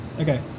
Okay